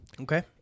Okay